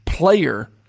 Player